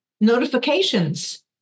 notifications